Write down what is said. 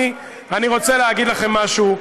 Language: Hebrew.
אני רוצה להגיד לכם משהו,